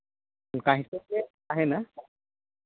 ᱚᱠᱟ ᱦᱤᱥᱟᱹᱵᱽ ᱜᱮ ᱛᱟᱦᱮᱱᱟ